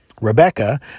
Rebecca